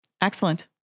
Excellent